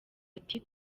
ati